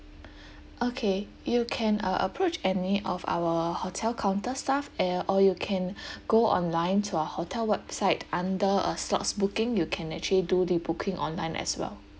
okay you can uh approach any of our hotel counter staff uh or you can go online to our hotel website under a slots booking you can actually do the booking online as well